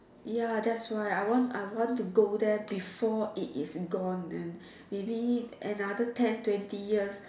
ya that's why I want I want to go there before it is gone and maybe another ten twenty years